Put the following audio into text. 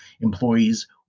employees